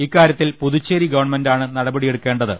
ഇക്കാര്യ ത്തിൽ പുതു ച്ചേരി ഗവൺമെൻാണ് നടപടിയെടുക്കേണ്ടത്